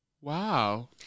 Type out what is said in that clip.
wow